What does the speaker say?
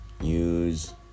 News